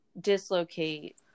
dislocate